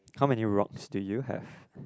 how many rocks do you have